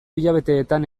hilabeteetan